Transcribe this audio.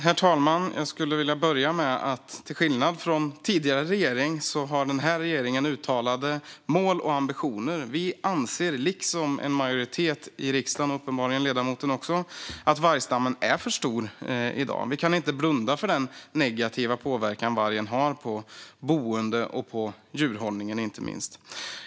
Herr talman! Jag skulle vilja börja med att säga att den här regeringen, till skillnad från tidigare regering, har uttalade mål och ambitioner. Vi anser, liksom en majoritet i riksdagen - och uppenbarligen även ledamoten - att vargstammen är för stor i dag. Vi kan inte blunda för den negativa påverkan vargen har på boende och inte minst på djurhållning.